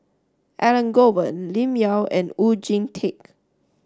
Elangovan Lim Yau and Oon Jin Teik